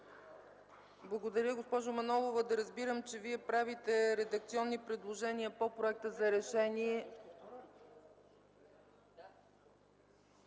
Благодаря, госпожо Манолова. Да разбирам, че Вие правите редакционни предложения по проекта за решение?